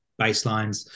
baselines